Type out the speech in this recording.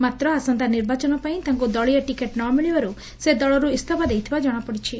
ମାତ୍ର ଆସନ୍ତା ନିର୍ବାଚନପାଇଁ ତାଙ୍କୁ ଦଳୀୟ ଟିକେଟ୍ ନ ମିଳିବାରୁ ସେ ଦଳରୁ ଇସ୍ତଫା ଦେଇଥିବା ଜଣାପଡ଼ିଛି